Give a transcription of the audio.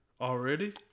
Already